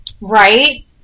Right